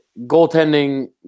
goaltending